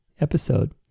episode